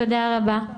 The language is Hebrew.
תודה רבה.